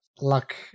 luck